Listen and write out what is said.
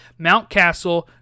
Mountcastle